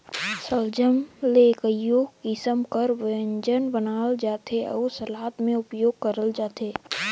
सलजम ले कइयो किसिम कर ब्यंजन बनाल जाथे अउ सलाद में उपियोग करल जाथे